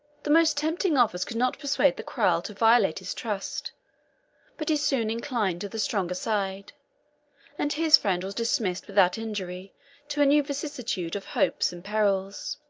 the most tempting offers could not persuade the cral to violate his trust but he soon inclined to the stronger side and his friend was dismissed without injury to a new vicissitude of hopes and perils.